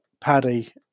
Paddy